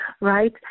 right